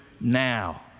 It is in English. now